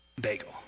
bagel